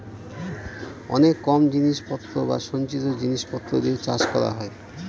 অনেক কম জিনিস পত্র বা সঞ্চিত জিনিস পত্র দিয়ে চাষ করা হয়